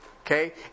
Okay